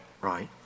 Right